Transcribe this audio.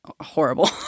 horrible